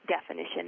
definition